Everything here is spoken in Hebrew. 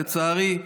לצערי,